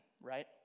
right